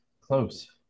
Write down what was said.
close